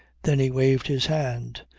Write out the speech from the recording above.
then he waved his hand.